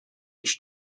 phd